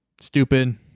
stupid